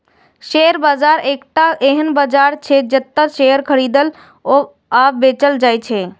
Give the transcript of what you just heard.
share बाजार एकटा एहन बाजार छियै, जतय शेयर खरीदल आ बेचल जाइ छै